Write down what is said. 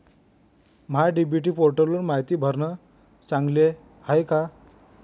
महा DBT पोर्टलवर मायती भरनं चांगलं हाये का?